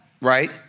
right